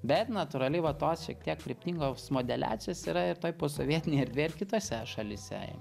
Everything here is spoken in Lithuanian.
bet natūraliai va tos šiek tiek kryptingos modeliacijos yra ir toj posovietinėj erdvėj ir kitose šalyse